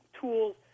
tools